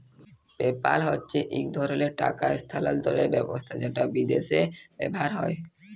PayPal হছে ইক ধরলের টাকা ইসথালালতরের ব্যাবস্থা যেট বিদ্যাশে ব্যাভার হয়